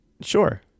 sure